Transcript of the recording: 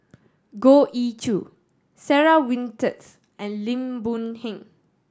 Goh Ee Choo Sarah Winstedt and Lim Boon Heng